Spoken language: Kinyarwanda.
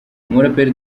umuraperi